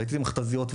ראיתי מכת"זיות,